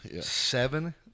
Seven